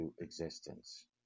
existence